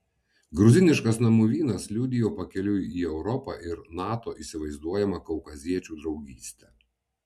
gruziniškas namų vynas liudijo pakeliui į europą ir nato įsivaizduojamą kaukaziečių draugystę